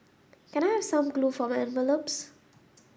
can I have some glue for my envelopes